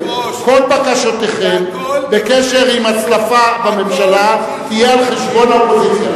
כל בקשותיכם בקשר להצלפה בממשלה יהיו על חשבון האופוזיציה.